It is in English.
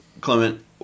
Clement